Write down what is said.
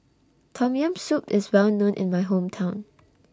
Tom Yam Soup IS Well known in My Hometown